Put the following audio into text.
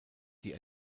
die